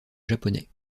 japonais